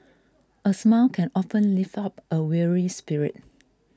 a smile can often lift up a weary spirit